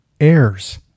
heirs